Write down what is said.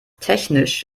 technisch